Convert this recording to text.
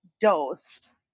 dose